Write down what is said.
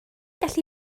gallu